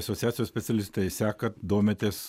asociacijos specialistai sekat domitės